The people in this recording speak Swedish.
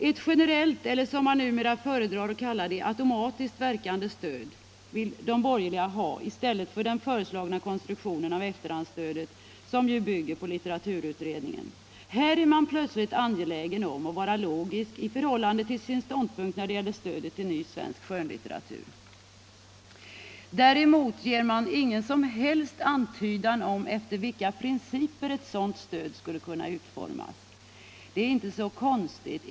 Ett generellt eller — som man numera föredrar att kalla det — automatiskt verkande stöd vill de borgerliga ha i stället för den föreslagna konstruktionen av efterhandsstödet, som ju bygger på litteraturutredningen. Där är man plötsligt angelägen om att vara logisk i förhållande till sin ståndpunkt när det gäller stödet till ny svensk skönlitteratur. Däremot ger man ingen som helst antydan om efter vilka principer ett sådant stöd skulle kunna utformas. Det är inte så konstigt.